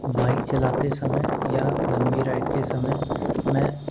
bike चलाते समय या लम्बी राइड के समय मैं